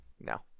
No